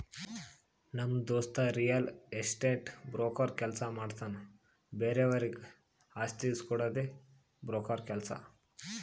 ನಮ್ ದೋಸ್ತ real estate broker ಕೆಲ್ಸ ಮಾಡ್ತಾನ್ ಬೇರೆವರಿಗ್ ಆಸ್ತಿ ಇಸ್ಕೊಡ್ಡದೆ ಬ್ರೋಕರ್ ಕೆಲ್ಸ